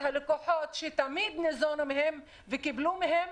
הלקוחות שתמיד ניזונו מהם וקיבלו מהם